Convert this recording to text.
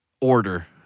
order